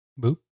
Boop